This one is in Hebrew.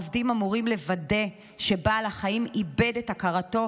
העובדים אמורים לוודא שבעל החיים איבד את הכרתו,